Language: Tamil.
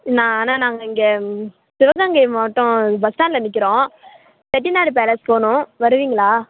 நான் அண்ணா நாங்கள் இங்கே சிவகங்கை மாவட்டம் பஸ் ஸ்டாண்ட்டில் நிற்கிறோம் செட்டிநாடு பேலஸ் போகணும் வருவீங்களா